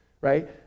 Right